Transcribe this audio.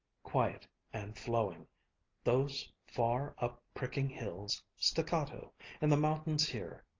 quiet and flowing those far, up-pricking hills, staccato and the mountains here,